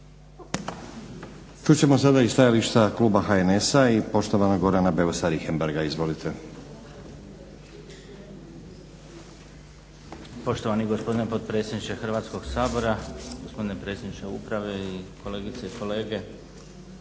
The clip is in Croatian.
Čut ćemo sada i stajališta kluba HNS-a i poštovanog Gorana Beusa Richembergha. Izvolite. **Beus Richembergh, Goran (HNS)** Poštovani gospodine potpredsjedniče Hrvatskog sabora, gospodine predsjedniče uprave i kolegice i kolege.